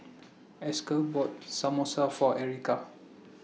Esker bought Samosa For Erica